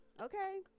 Okay